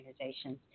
organizations